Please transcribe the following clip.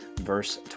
verse